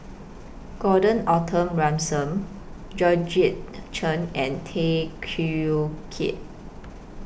Gordon Arthur Ransome Georgette Chen and Tay Teow Kiat